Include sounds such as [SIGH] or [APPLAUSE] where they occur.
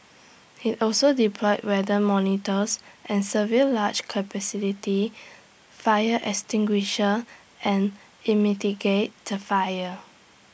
he also deployed weather monitors and severe large [UNINTELLIGIBLE] fire extinguishers and in mitigate the fire